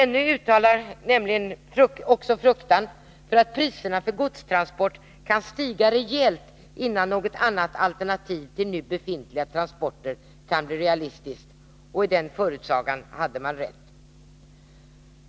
NO uttalade nämligen också fruktan för att priserna för godstransport kan stiga rejält, innan något annat alternativ till nu befintliga transporter kan bli realistiskt. I den förutsägelsen hade man rätt.